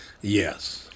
Yes